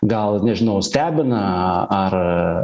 gal nežinau stebina ar